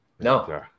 No